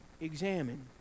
examine